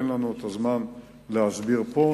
אין לנו הזמן להסביר פה,